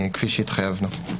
כפי שהתחייבנו.